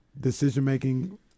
decision-making